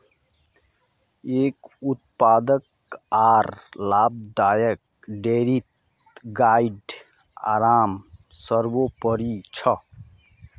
एक उत्पादक आर लाभदायक डेयरीत गाइर आराम सर्वोपरि छ